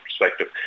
perspective